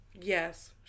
Yes